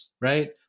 right